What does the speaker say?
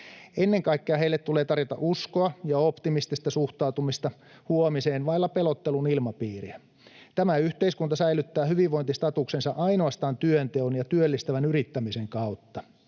Ennen kaikkea heille tulee tarjota uskoa ja optimistista suhtautumista huomiseen vailla pelottelun ilmapiiriä. Tämä yhteiskunta säilyttää hyvinvointistatuksensa ainoastaan työnteon ja työllistävän yrittämisen kautta.